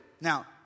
now